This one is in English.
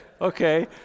Okay